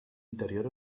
interior